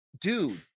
dude